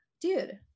dude